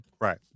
right